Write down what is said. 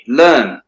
learn